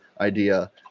idea